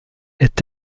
est